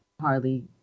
hardly